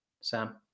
Sam